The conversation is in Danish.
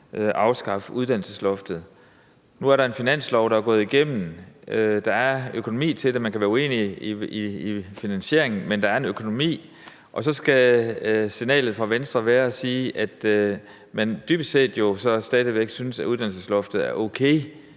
afskaffe uddannelsesloftet. Nu er der en finanslov, der er gået igennem, og der er økonomi til det. Man kan være uenig i finansieringen, men der er økonomi til det, og så skal signalet fra Venstre være, at man dybest set stadig væk synes, at uddannelsesloftet er okay.